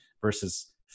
versus